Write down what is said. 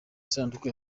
isanduku